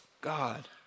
God